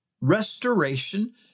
restoration